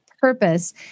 purpose